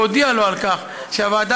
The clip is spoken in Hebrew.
והודיע לו על כך שלוועדה,